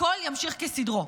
הכול ימשיך כסדרו.